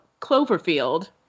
Cloverfield